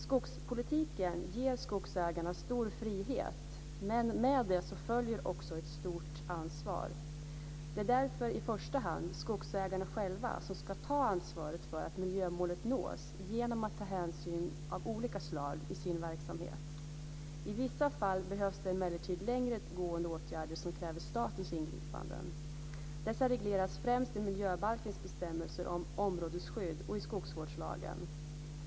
Skogspolitiken ger skogsägarna stor frihet men med det följer också ett stort ansvar. Det är därför i första hand skogsägarna själva som ska ta ansvaret för att miljömålet nås genom att ta hänsyn av olika slag i sin verksamhet. I vissa fall behövs det emellertid längre gående åtgärder som kräver statens ingripanden. Dessa regleras främst i miljöbalkens bestämmelser om områdesskydd och i skogsvårdslagen.